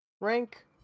rank